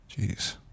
Jeez